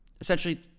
Essentially